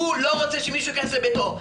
הוא לא רוצה שמישהו יכנס לביתו,